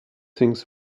things